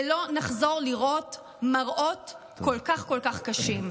ולא נחזור לראות מראות כל כך כל כך קשים.